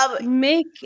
Make